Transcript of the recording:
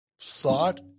thought